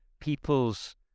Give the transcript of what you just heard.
people's